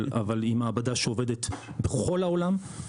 אבל היא מעבדה שעובדת בכל העולם,